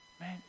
man